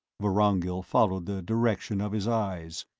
vorongil followed the direction of his eyes.